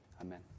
Amen